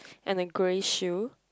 and a grey shoe